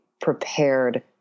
prepared